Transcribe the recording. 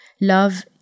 Love